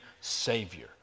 Savior